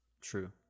true